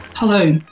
Hello